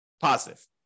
positive